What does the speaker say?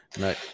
No